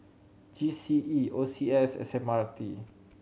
G C E O C S and S M R T